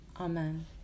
Amen